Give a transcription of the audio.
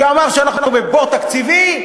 שאמר שאנחנו בבור תקציבי,